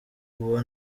uwo